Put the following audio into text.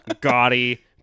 gaudy